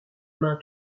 main